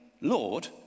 lord